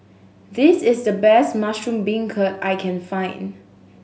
this is the best mushroom beancurd I can find